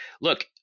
look